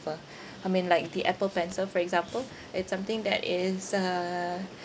I mean like the Apple pencil for example it's something that is uh